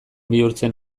bihurtzen